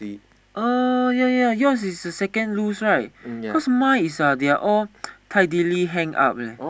oh ya ya ya yours is the second loose right my is uh they are all tidily hang up leh